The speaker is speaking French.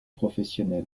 professionnel